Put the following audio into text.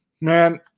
Man